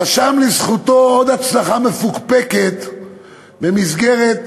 רשם לזכותו עוד הצלחה מפוקפקת במסגרת